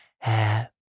happy